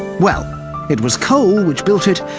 well it was coal which built it,